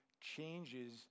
changes